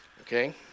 Okay